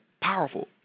powerful